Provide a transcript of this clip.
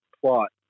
plot